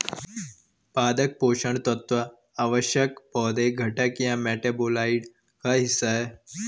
पादप पोषण तत्व आवश्यक पौधे घटक या मेटाबोलाइट का हिस्सा है